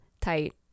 tight